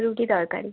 রুটি তরকারি